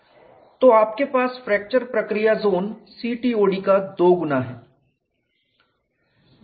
तो आपके पास फ्रैक्चर प्रक्रिया जोन CTOD का 2 गुना है